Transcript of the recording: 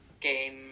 game